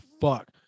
fuck